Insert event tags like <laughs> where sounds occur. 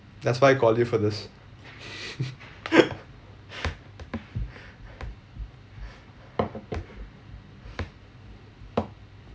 that's why I called you for this <laughs>